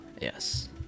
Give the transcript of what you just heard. yes